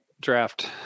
draft